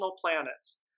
planets